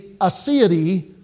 aseity